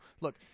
Look